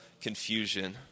confusion